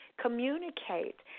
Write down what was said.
Communicate